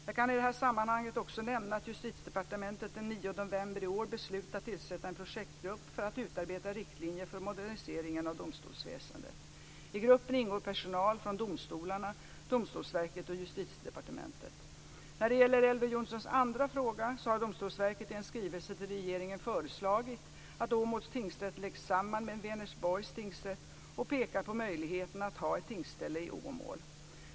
Jag kan i detta sammanhang också nämna att Justitiedepartementet den 9 november i år beslutat tillsätta en projektgrupp för att utarbeta riktlinjer för moderniseringen av domstolsväsendet. I gruppen ingår personal från domstolarna, Domstolsverket och Justitiedepartementet. När det gäller Elver Jonssons andra fråga så har Domstolsverket i en skrivelse till regeringen föreslagit att Åmåls tingsrätt läggs samman med Vänersborgs tingsrätt och pekar på möjligheten att ha ett tingsställe i Åmål.